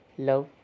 Love